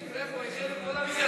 תראה איך הוא איחד את כל עם ישראל.